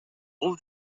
бул